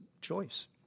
choice